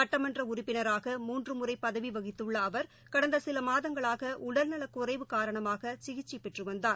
சுட்டமன்ற உறுப்பினராக மூன்று முறை பதவி வகித்துள்ள அவர் கடந்த சில மாதங்களாக உடல்நலக்குறைவு காரணமாக சிகிச்சை பெற்று வந்தார்